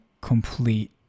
complete